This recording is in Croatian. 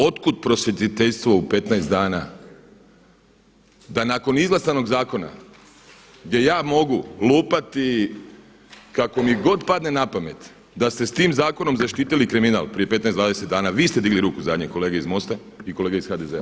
Otkud prosvjetiteljstvo u 15 dana da nakon izglasanog zakona gdje ja mogu lupati kako mi god padne na pamet da ste s tim zakonom zaštitili kriminal prije 15, 20 dana, vi ste digli ruku za njega kolege iz MOST-a i kolege iz HDZ-a.